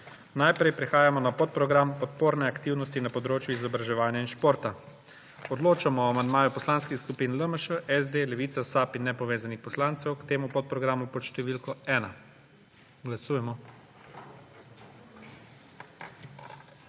Najprej prehajamo na podprogram Podporne aktivnosti na področju izobraževanja in športa. Odločamo o amandmaju poslanskih skupin LMŠ, SD, Levica, SAB in nepovezanih poslancev k temu podprogramu pod številko 1. Glasujemo.